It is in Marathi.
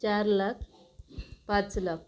चार लाख पाच लाख